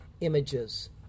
images